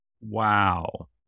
Wow